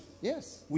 Yes